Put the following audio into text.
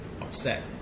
upset